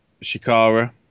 Shikara